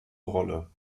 rolle